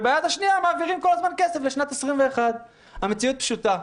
וביד השנייה מעבירים כל הזמן כסף לשנת 2021. המציאות פשוטה.